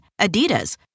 Adidas